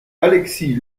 alexis